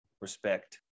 respect